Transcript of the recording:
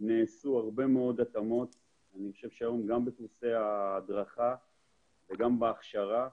נעשו הרבה מאוד התאמות גם בקורסי ההדרכה וגם בהכשרה.